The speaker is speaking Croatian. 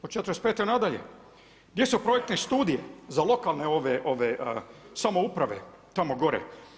Od '45. nadalje, gdje su projektne studije za lokalne samouprave tamo gore?